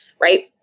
Right